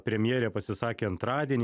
premjerė pasisakė antradienį